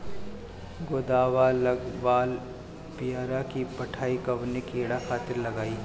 गोदवा लगवाल पियरकि पठिया कवने कीड़ा खातिर लगाई?